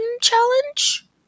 Challenge